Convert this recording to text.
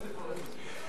אבל ראינו פיל בחנות חרסינה.